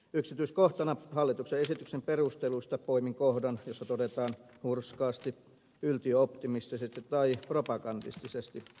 yksityiskohtana hallituksen esityksen perusteluista poimin kohdan jossa todetaan hurskaasti yltiöoptimisesti tai propagandistisesti